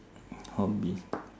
hobby